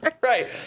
Right